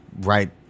right